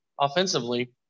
offensively